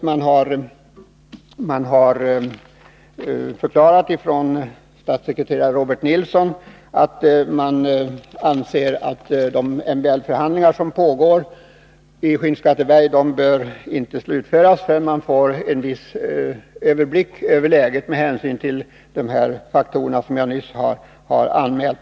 Från statssekreterare Robert Nilssons arbetsgrupp har man förklarat att man anser att de MBL förhandlingar som pågår i Skinnskatteberg inte bör slutföras förrän man får en viss överblick över läget, med hänsyn till bl.a. de faktorer som jag nyss har anmält.